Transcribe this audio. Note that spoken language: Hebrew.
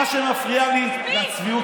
מספיק.